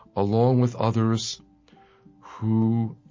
along with others who,